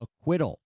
acquittal